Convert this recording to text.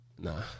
nah